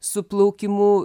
su plaukimu